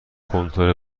کنتور